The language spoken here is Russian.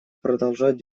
продолжать